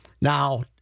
now